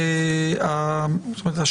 מבין שזאת הקונסטרוקציה, נכון?